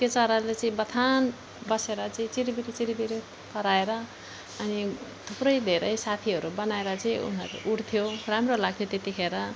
त्यो चराले चाहिँ बथान बसेर चाहिँ चिरिबिरी चिरिबिरी कराएर अनि थुप्रै धेरै साथीहरू बनाएर चाहिँ उनीहरू उड्थ्यो राम्रो लाग्थ्यो त्यतिखेर